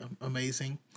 amazing